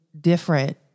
different